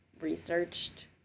researched